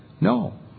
No